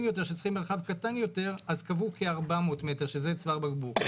יותר שצריכים מרחב קטן יותר אז קבעו 400 מטר כצוואר בקבוק.